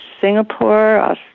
Singapore